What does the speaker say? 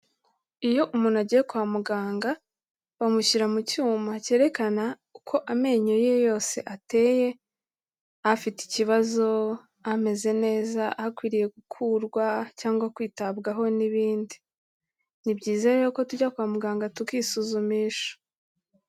Iyo umuntu agiye kwa muganga, bamushyira mu cyuma cyerekana uko amenyo ye yose ateye, afite ikibazo, ameze neza, akwiriye gukurwa cyangwa kwitabwaho n'ibindi. Ni byiza rero ko tujya kwa muganga tukisuzumisha.